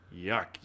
yuck